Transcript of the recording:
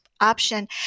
option